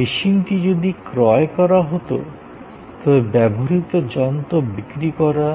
মেশিনটি যদি ক্রয় করা হত তবে ব্যবহৃত যন্ত্র বিক্রি করা